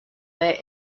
their